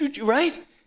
right